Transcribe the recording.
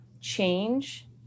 change